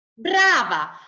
Brava